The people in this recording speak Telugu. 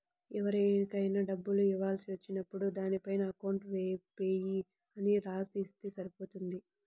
ఎవరికైనా డబ్బులు ఇవ్వాల్సి వచ్చినప్పుడు దానిపైన అకౌంట్ పేయీ అని రాసి ఇస్తే సరిపోతుంది